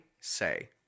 say